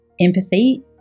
empathy